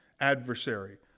adversary